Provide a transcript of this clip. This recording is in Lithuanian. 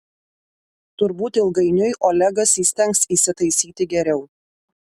turbūt ilgainiui olegas įstengs įsitaisyti geriau